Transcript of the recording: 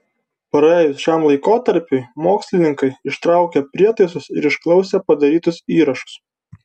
praėjus šiam laikotarpiui mokslininkai ištraukė prietaisus ir išklausė padarytus įrašus